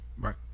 right